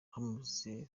hamaze